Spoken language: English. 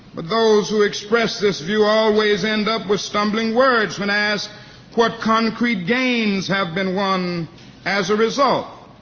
but those who express this view always end up with stumbling words when asked what concrete gains have been won as a result.